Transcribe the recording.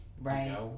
Right